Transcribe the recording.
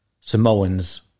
Samoans